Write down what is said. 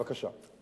בבקשה.